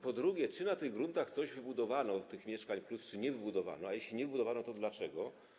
Po drugie: Czy na tych gruntach coś wybudowano w ramach „Mieszkania+”, czy nie wybudowano, a jeśli nie wybudowano, to dlaczego?